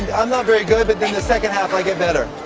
and i'm not very good, but then the second half, i get better.